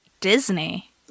Disney